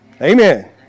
Amen